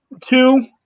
two